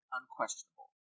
unquestionable